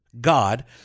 God